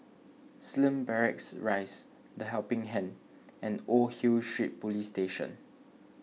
Slim Barracks Rise the Helping Hand and Old Hill Street Police Station